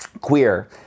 Queer